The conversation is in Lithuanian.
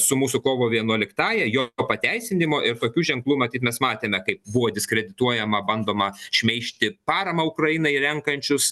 su mūsų kovo vienuoliktąja jo jo pateisinimo ir tokių ženklų matyt mes matėme kaip buvo diskredituojama bandoma šmeižti paramą ukrainai renkančius